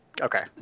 Okay